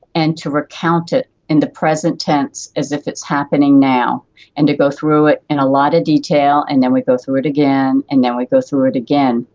and to recount it in the present tense as if it's happening now and to go through it in a lot of detail, and then we go through it again and then we go through it again.